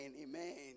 amen